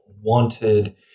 wanted